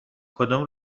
کدوم